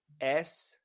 S-